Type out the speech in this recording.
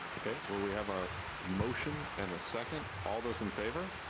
okay well we have a motion and a second. all those in favor?